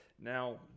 Now